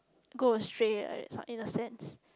go astray right sort in a sense